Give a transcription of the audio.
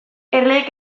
erleek